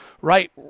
Right